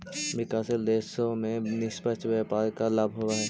विकासशील देशों में निष्पक्ष व्यापार का लाभ होवअ हई